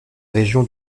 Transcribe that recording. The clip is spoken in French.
région